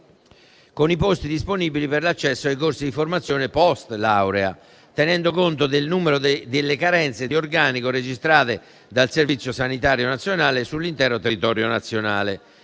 con i posti disponibili per l'accesso ai corsi di formazione post laurea, tenendo conto del numero delle carenze di organico registrate dal Servizio sanitario nazionale sull'intero territorio nazionale.